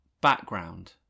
background